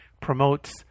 promotes